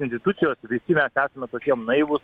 institucijos visi mes esame tokiem naivūs